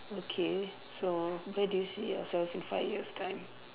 okay so where do you see yourself in five years' time